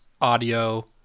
audio